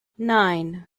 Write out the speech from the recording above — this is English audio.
nine